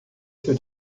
seu